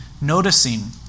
noticing